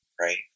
Right